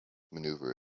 manoeuvre